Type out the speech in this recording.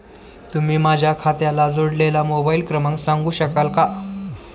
तुम्ही माझ्या खात्याला जोडलेला मोबाइल क्रमांक सांगू शकाल का?